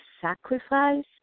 sacrifice